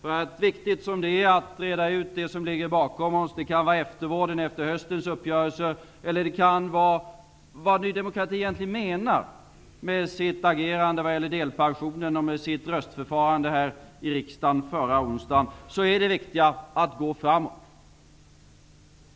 Lika viktigt som det är att reda ut det som ligger bakom oss -- det kan vara eftervården efter höstens uppgörelse eller vad Ny demokrati egentligen menar med sitt agerande vad gäller delpensionen och med sitt röstförfarande här i riksdagen förra onsdagen -- är det att gå framåt.